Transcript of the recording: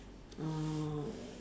uh